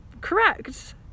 Correct